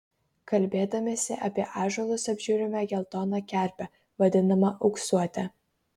kalbėdamiesi apie ąžuolus apžiūrime geltoną kerpę vadinamą auksuote